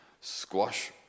squash